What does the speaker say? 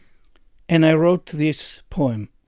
and i wrote this poem